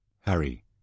Harry